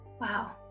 Wow